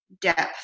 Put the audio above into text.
depth